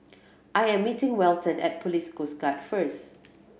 I am meeting Welton at Police Coast Guard first